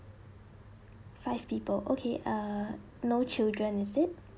five people okay uh no children is it